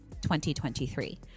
2023